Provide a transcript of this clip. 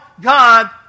God